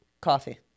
Coffee